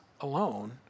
alone